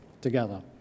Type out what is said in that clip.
together